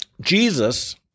Jesus